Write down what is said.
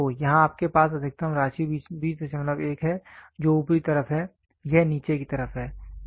तो यहां आपके पास अधिकतम राशि 201 है जो ऊपरी तरफ है यह नीचे की तरफ है